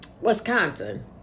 Wisconsin